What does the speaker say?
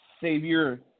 Savior